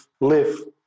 live